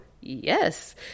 Yes